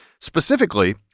specifically